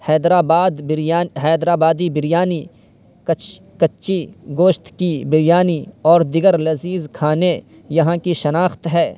حیدر آباد بریان حیدر آبادی بریانی کچی گوشت کی بریانی اور دیگر لذیذ کھانے یہاں کی شناخت ہے